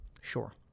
Sure